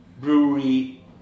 brewery